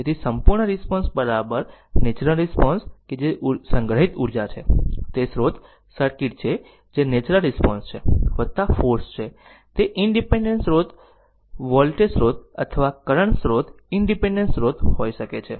તેથી સંપૂર્ણ response natural response કે જે સંગ્રહિત ઉર્જા છે તે સ્રોત સર્કિટ છે જે નેચરલ રિસ્પોન્સ છે ફોર્સ્ડ છે તે ઇનડીપેન્ડેન્ટ સ્રોત વોલ્ટેજ સ્રોત અથવા કરંટ સ્રોત ઇનડીપેન્ડેન્ટ સ્રોત હોઈ શકે છે